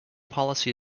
policy